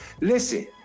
listen